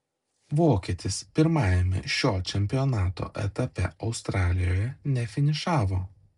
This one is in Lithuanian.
vokietis pirmajame šio čempionato etape australijoje nefinišavo